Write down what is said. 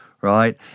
right